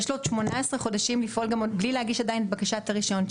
יש לו עוד 18 חודשים לפעול גם בלי להגיש עדיין את בקשת הרישיון.